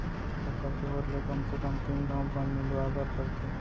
फसल के होत ले कम से कम तीन घंव बन निंदवाए बर परथे